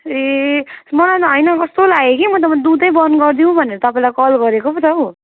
ए मलाई अनि होइन कस्तो लाग्यो के म त बरू दुधै बन्द गरिदिऊँ भनेर तपाईँलाई कल गरेको पो त हो